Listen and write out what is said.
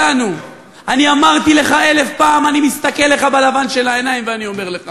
אני חושב שמאחורה צריך להתחיל לחלק פופקורן לסרט שאתם חיים בו.